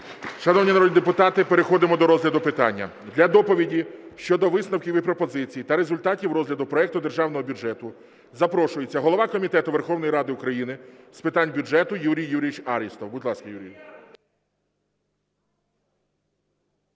Шановні народні депутати, переходимо до розгляду питання. Для доповіді щодо висновків і пропозицій та результатів розгляду проекту Державного бюджету запрошується голова Комітету Верховної Ради України з питань бюджету Юрій Юрійович Арістов. Будь ласка, Юрію.